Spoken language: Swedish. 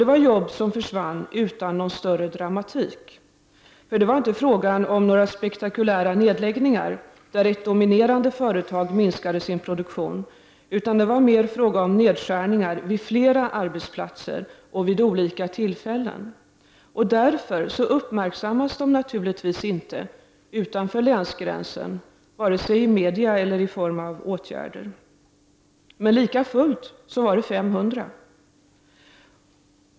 Det var arbeten som försvann utan större dramatik. Det var inte fråga om några spektakulära nedläggningar där ett dominerande företag minskade sin produktion, utan det var mer fråga om nedskärningar vid flera arbetsplatser och vid olika tillfällen. Därför uppmärksammas dessa förändringar naturligtvis inte utanför länsgränsen, vare sig i media eller i form av åtgärder. Men lika fullt var det fråga om 500 arbetstillfällen.